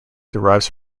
derives